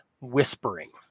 whispering